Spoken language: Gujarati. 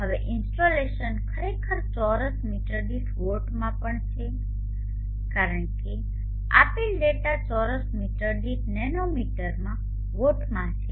હવે ઇન્સ્ટોલેશન ખરેખર ચોરસ મીટર દીઠ વોટમાં પણ છે કારણ કે આપેલ ડેટા ચોરસ મીટર દીઠ નેનોમીટરના વોટમાં છે